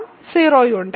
0 ഉം ഉണ്ട്